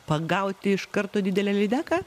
pagauti iš karto didelę lydeką